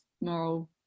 moral